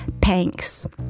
Panks